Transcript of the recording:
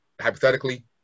hypothetically